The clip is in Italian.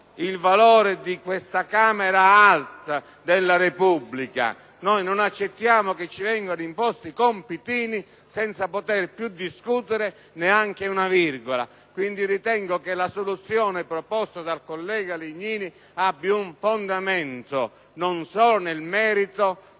il valore di questa Camera Alta della Repubblica! Non accettiamo che ci vengano imposti compitini senza poter più discutere neanche una virgola. Ritengo quindi che la proposta del collega Legnini abbia un fondamento, non solo nel merito